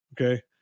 Okay